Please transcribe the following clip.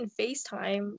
FaceTime